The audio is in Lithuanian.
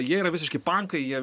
jie yra visiški pankai jie